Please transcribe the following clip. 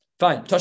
Fine